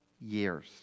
years